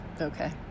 Okay